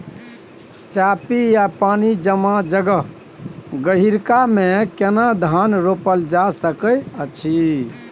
चापि या पानी जमा जगह, गहिरका मे केना धान रोपल जा सकै अछि?